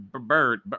bird